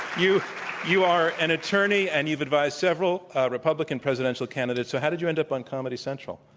you you are an attorney, and you've advised several republican presidential candidates. so how did you end up on comedy central?